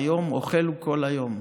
היום אוכל הוא כל היום,